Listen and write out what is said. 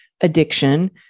addiction